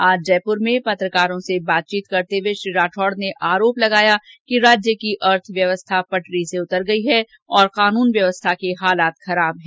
आज जयप्र में पत्रकारों से बातचीत करते हुए श्री राठौड़ ने आरोप लगाया कि राज्य की अर्थव्यवस्था पटरी से उतर गयी है और कानून व्यवस्था के हालात खराब हैं